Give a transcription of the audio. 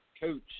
coach